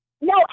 No